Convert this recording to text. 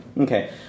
Okay